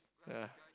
ya